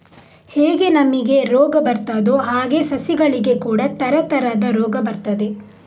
ಹೇಗೆ ನಮಿಗೆ ರೋಗ ಬರ್ತದೋ ಹಾಗೇ ಸಸಿಗಳಿಗೆ ಕೂಡಾ ತರತರದ ರೋಗ ಬರ್ತದೆ